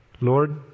lord